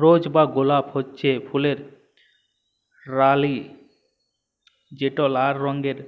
রজ বা গোলাপ হছে ফুলের রালি যেট লাল রঙের